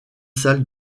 salles